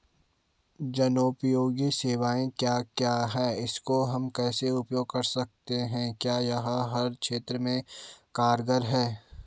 जनोपयोगी सेवाएं क्या क्या हैं इसको हम कैसे उपयोग कर सकते हैं क्या यह हर क्षेत्र में कारगर है?